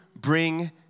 Bring